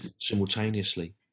simultaneously